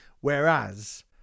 Whereas